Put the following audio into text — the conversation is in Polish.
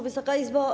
Wysoka Izbo!